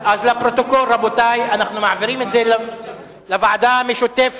אני מפה לא יכול להעביר לוועדה משותפת,